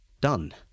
Done